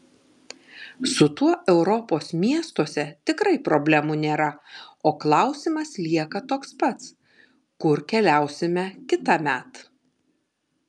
su tuo europos miestuose tikrai problemų nėra o klausimas lieka toks pats kur keliausime kitąmet